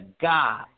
God